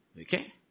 Okay